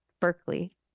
Berkeley